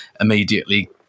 immediately